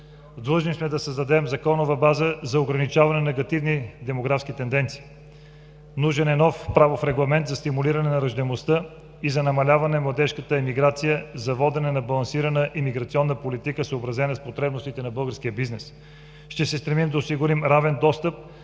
Длъжни сме да създадем законова база за ограничаване на негативни демографски тенденции. Нужен е нов правов регламент за стимулиране на раждаемостта и за намаляване на младежката емиграция, за водене на балансирана емиграционна политика, съобразена с потребностите на българския бизнес. Ще се стремим да осигурим равен достъп